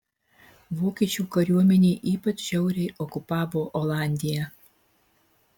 vokiečių kariuomenė ypač žiauriai okupavo olandiją